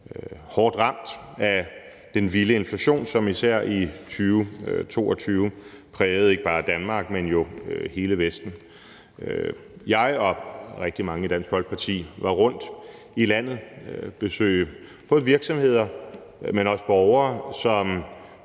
hårdt ramt af den vilde inflation, som især i 2020-22 prægede ikke bare Danmark, men jo hele Vesten. Jeg og rigtig mange i Dansk Folkeparti var rundt i landet og besøgte både virksomheder, men også borgere, som